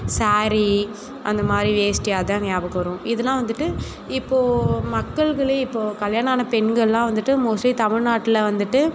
ஸேரி அந்த மாதிரி வேட்டி அதுதான் ஞாபகம் வரும் இதலாம் வந்துட்டு இப்போது மக்கள்களே இப்போது கல்யாணம் ஆன பெண்கள்லாம் வந்துட்டு மோஸ்ட்லி தமிழ்நாட்டில் வந்துட்டு